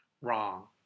Wrong